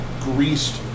greased